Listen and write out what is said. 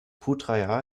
putrajaya